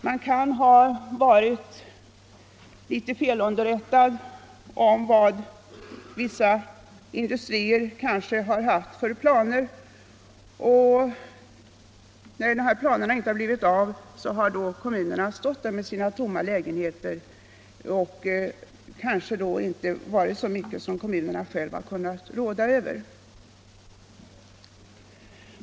Man kan ha varit litet felunderrättad om vad vissa industrier har haft för planer. När dessa planer inte förverkligats, har kommunerna stått där med sina tomma lägenheter, och det har kanske då inte varit så mycket som kommunerna själva kunnat råda över.